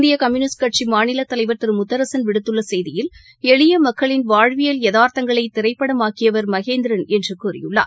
இந்தியகம்யூனிஸ்ட் கட்சிமாநிலத்தலைவர் திருமுத்தரசன் விடுத்துள்ளசெய்தியில் எளியமக்களின் வாழ்வியல் யதார்த்தங்களைதிரைப்படமாக்கியவர் மகேந்திரன் என்றுகூறியுள்ளார்